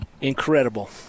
incredible